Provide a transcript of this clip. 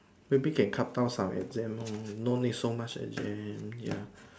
maybe can cut down some exams lor no need so much exam ya